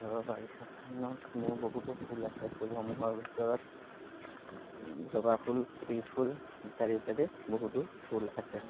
ঘৰৰ বাগিচাখনত মোৰ বহুতো ফুল আছে ফুল সমূহৰ ভিতৰত জবা ফুল বেলি ফুল ইত্যাদি ইত্যাদি বহুতো ফুল আছে